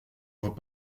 vos